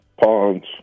ponds